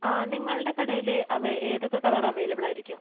ആ നിങ്ങളുടെ കടയില് ഏതൊക്കെ കളര് അവൈലബിളായിരിക്കും